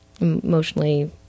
emotionally